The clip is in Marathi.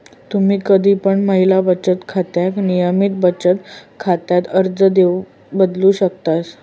तुम्ही कधी पण महिला बचत खात्याक नियमित बचत खात्यात अर्ज देऊन बदलू शकतास